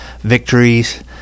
victories